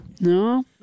No